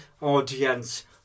audience